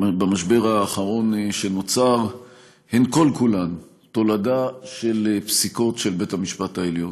במשבר האחרון שנוצר הן כל-כולן תולדה של פסיקות של בית המשפט העליון,